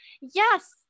Yes